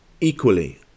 Equally